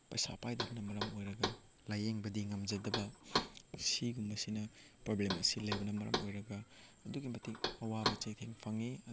ꯄꯩꯁꯥ ꯄꯥꯏꯗꯕꯅ ꯃꯔꯝ ꯑꯣꯏꯔꯒ ꯂꯥꯏꯌꯦꯡꯕꯗꯤ ꯉꯝꯖꯗꯕ ꯑꯁꯤꯒꯨꯝꯕꯁꯤꯅ ꯄ꯭ꯔꯣꯕ꯭ꯂꯦꯝ ꯑꯁꯤ ꯂꯩꯕꯅ ꯃꯔꯝ ꯑꯣꯏꯔꯒ ꯑꯗꯨꯛꯀꯤ ꯃꯇꯤꯛ ꯑꯋꯥꯕ ꯆꯩꯊꯦꯡ ꯐꯪꯉꯤ ꯑꯗꯨꯅ